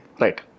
Right